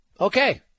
Okay